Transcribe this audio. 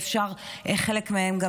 ואפשר גם לשקם חלק מהם.